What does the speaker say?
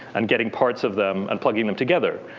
and getting parts of them, and plugging them together.